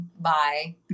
Bye